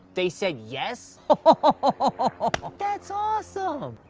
they said yes? ah that's awesome.